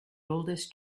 oldest